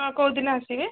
ହଁ କୋଉଦିନ ଆସିବେ